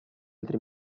altri